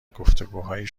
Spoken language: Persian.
گفتگوهای